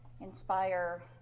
inspire